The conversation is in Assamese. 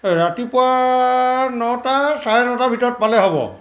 ৰাতিপুৱা নটা চাৰে নটা ভিতৰত পালে হ'ব